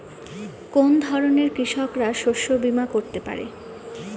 কোন ধরনের কৃষকরা শস্য বীমা করতে পারে?